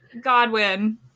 godwin